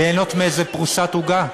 ליהנות מאיזו פרוסת עוגה?